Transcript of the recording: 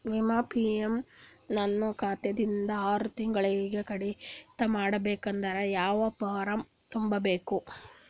ವಿಮಾ ಪ್ರೀಮಿಯಂ ನನ್ನ ಖಾತಾ ದಿಂದ ಆರು ತಿಂಗಳಗೆ ಕಡಿತ ಮಾಡಬೇಕಾದರೆ ಯಾವ ಫಾರಂ ತುಂಬಬೇಕು?